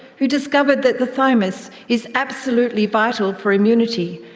who discovered that the thymus is absolutely vital for immunity,